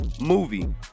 movie